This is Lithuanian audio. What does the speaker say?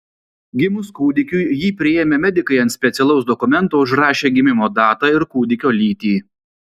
gimus kūdikiui jį priėmę medikai ant specialaus dokumento užrašė gimimo datą ir kūdikio lytį